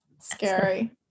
scary